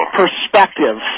perspective